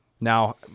Now